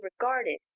regarded